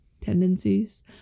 tendencies